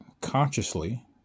consciously